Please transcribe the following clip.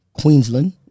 Queensland